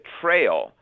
trail